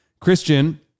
Christian